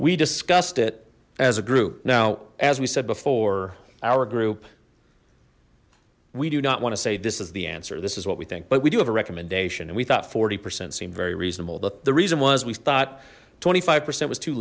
we discussed it as a group now as we said before our group we do not want to say this is the answer this is what we think but we do have a recommendation and we thought forty percent seem very reasonable the the reason was we thought twenty five percent was too